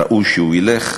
ראוי שהוא ילך,